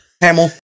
Hamill